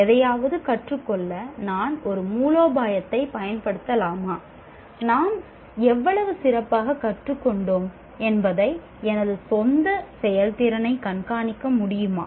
எதையாவது கற்றுக்கொள்ள நான் ஒரு மூலோபாயத்தைப் பயன்படுத்தலாமா நான் எவ்வளவு சிறப்பாகக் கற்றுக்கொண்டேன் என்பதை எனது சொந்த செயல்திறனைக் கண்காணிக்க முடியுமா